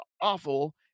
awful